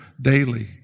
daily